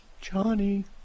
Johnny